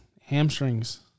Hamstrings